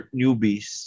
newbies